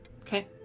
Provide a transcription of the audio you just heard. Okay